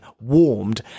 warmed